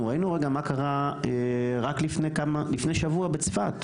אנחנו ראינו מה קרה רק לפני שבוע בצפת,